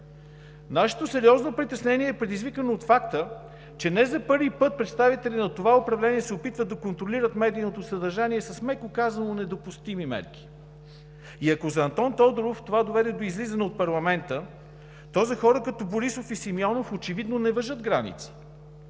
Нашето сериозно притеснение е предизвикано от факта, че не за първи път представители на това управление се опитват да контролират медийното съдържание, меко казано, с недопустими мерки. И ако за Антон Тодоров това доведе до излизане от парламента, то за хора като Борисов и Симеонов очевидно не важат граници.